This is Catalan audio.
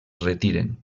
retiren